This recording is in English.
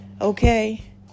Okay